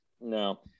no